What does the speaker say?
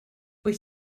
wyt